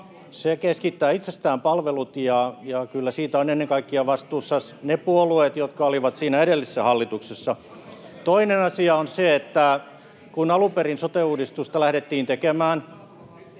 Se keskittää itsestään palvelut, ja kyllä siitä ovat vastuussa ennen kaikkea ne puolueet, jotka olivat siinä edellisessä hallituksessa. Toinen asia on se, että kun alun perin sote-uudistusta lähdettiin tekemään,